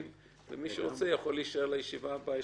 ומי שרוצה יכול להישאר לישיבה הבאה.